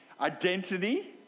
Identity